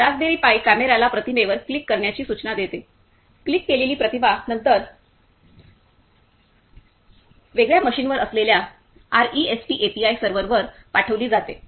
Raspberry pi कॅमेर्याला प्रतिमेवर click करण्याची सूचना देते क्लिक केलेली प्रतिमा नंतर वेगळ्या मशीनवर असलेल्या आरईएसटी एपीआय सर्व्हरवर पाठविली जाते